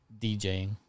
DJing